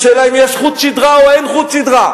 השאלה היא אם יש חוט שדרה או אין חוט שדרה.